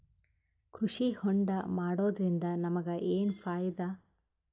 ಕೃಷಿ ಹೋಂಡಾ ಮಾಡೋದ್ರಿಂದ ನಮಗ ಏನ್ ಫಾಯಿದಾ?